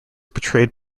portrayed